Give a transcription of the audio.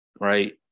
right